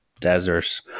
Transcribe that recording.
deserts